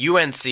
UNC